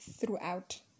throughout